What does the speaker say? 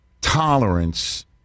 tolerance